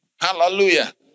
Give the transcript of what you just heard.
Hallelujah